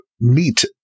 meet